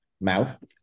mouth